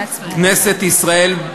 כנסת ישראל,